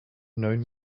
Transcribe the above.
known